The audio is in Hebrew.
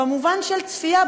במובן של צפייה,